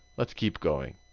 let's keep going.